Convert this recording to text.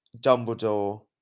Dumbledore